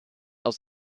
aus